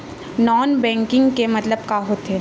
Non banking के मतलब का होथे?